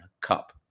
Cup